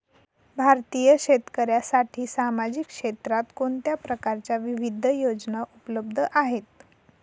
भारतीय शेतकऱ्यांसाठी सामाजिक क्षेत्रात कोणत्या प्रकारच्या विविध योजना उपलब्ध आहेत?